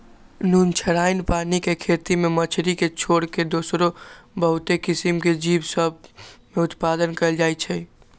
नुनछ्राइन पानी के खेती में मछरी के छोर कऽ दोसरो बहुते किसिम के जीव सभ में उत्पादन कएल जाइ छइ